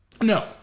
No